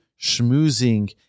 schmoozing